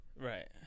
Right